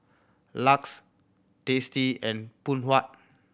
LUX Tasty and Phoon Huat